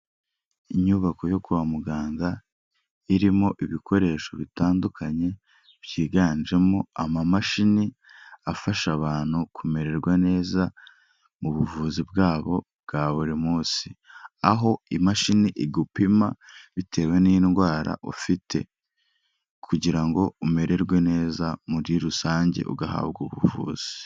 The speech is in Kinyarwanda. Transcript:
Inyubako yo kwa muganga irimo ibikoresho bitandukanye, byiganjemo ama mashini afasha abantu kumererwa neza mu buvuzi bwabo bwa buri munsi, aho imashini igupima bitewe n'indwara ufite, kugira ngo umererwe neza muri rusange ugahabwa ubuvuzi.